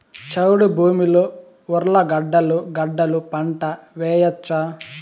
చౌడు భూమిలో ఉర్లగడ్డలు గడ్డలు పంట వేయచ్చా?